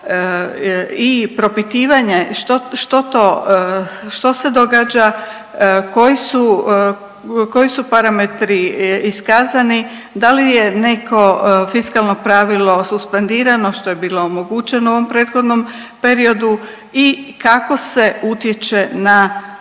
i propitivanje što to, što se događa koji su parametri iskazani, da li je neko fiskalno pravilo suspendirano što je bilo omogućeno u ovom prethodnom periodu i kako se utječe na rashode